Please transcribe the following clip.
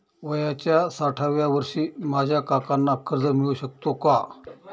वयाच्या साठाव्या वर्षी माझ्या काकांना कर्ज मिळू शकतो का?